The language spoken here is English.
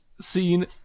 scene